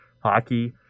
hockey